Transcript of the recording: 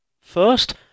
first